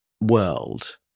world